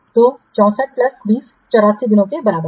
तो 64 प्लस 20 84 दिनों के बराबर है